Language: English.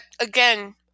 again